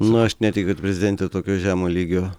na aš netikiu kad prezidentė tokio žemo lygio